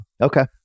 Okay